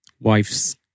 wife's